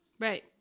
Right